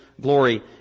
glory